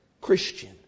Christian